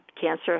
cancer